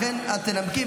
לכן את תנמקי,